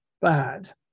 bad